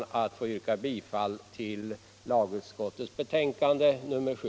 Jag ber att få yrka bifall till utskottets hemställan i lagutskottets betänkande nr 7.